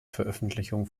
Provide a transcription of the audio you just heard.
veröffentlichung